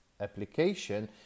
application